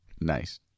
Nice